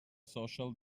social